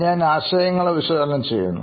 ഞാൻ ആശയങ്ങളെ വിശകലനം ചെയ്യുന്നു